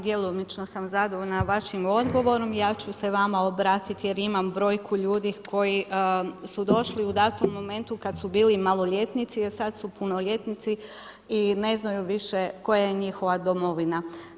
Djelomično sam zadovoljna s vašim odgovorom, ja ću se vama obratiti jer imam brojku ljudi koji su došli u datom momentu kada su bili maloljetnici, a sada su punoljetnici i ne znaju više koja je njihova domovina.